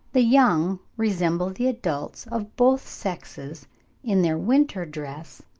the young resemble the adults of both sexes in their winter dress,